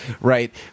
right